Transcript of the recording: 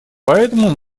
поэтому